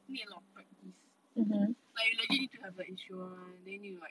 need a lot of practice like you legit need to have the instrument then you like